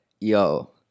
yo